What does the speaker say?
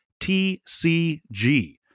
TCG